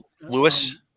Lewis